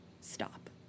stop